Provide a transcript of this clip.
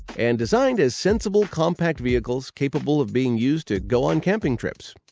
and designed as sensible, compact vehicles capable of being used to go on camping trips.